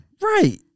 Right